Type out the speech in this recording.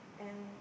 and